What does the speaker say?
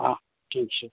હા ઠીક છે